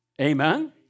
Amen